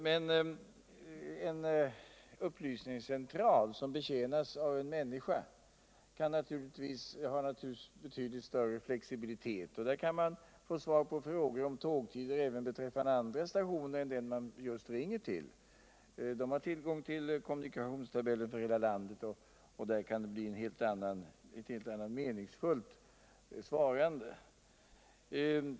Men en upplysningscentral. som betjänas av en människa. har naturligtvis betydligt större flexibilitet. Där kan man få svar på frågor om tågtider även vid andra stationer än den man just ringer ull. Där finns tillgång till kommunikationstabelter för hela landet, och där kan det bli ett helt annat. meningsfullt svarande.